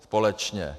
Společně.